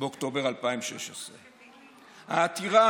באוקטובר 2016. העתירה,